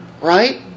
Right